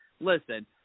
Listen